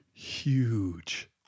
huge